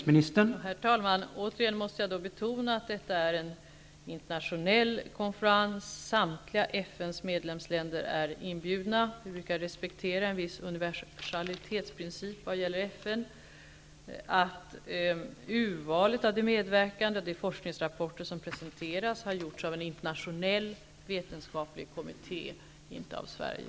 Herr talman! Återigen måste jag betona att detta är en internationell konferens. FN:s samtliga medlemsländer är inbjudna. Vi brukar respektera en viss universalitetsprincip vad gäller FN. Urvalet av de medverkande och av de forskningsrapporter som presenteras har gjorts av en internationell vetenskaplig kommitté och inte av Sverige.